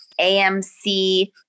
AMC